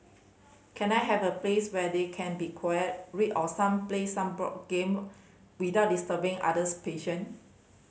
can I have a place where they can be quiet read or some play some board game without disturbing others patient